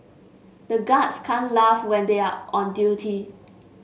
the guards can't laugh when they are on duty